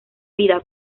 vida